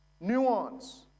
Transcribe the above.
Nuance